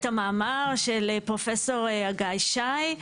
את המאמר של פרופסור אגאי-שי,